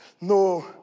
No